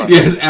Yes